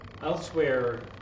Elsewhere